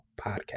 podcast